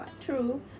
True